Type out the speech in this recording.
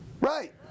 Right